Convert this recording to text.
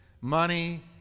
money